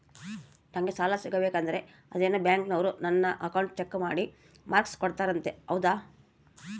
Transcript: ನಂಗೆ ಸಾಲ ಸಿಗಬೇಕಂದರ ಅದೇನೋ ಬ್ಯಾಂಕನವರು ನನ್ನ ಅಕೌಂಟನ್ನ ಚೆಕ್ ಮಾಡಿ ಮಾರ್ಕ್ಸ್ ಕೋಡ್ತಾರಂತೆ ಹೌದಾ?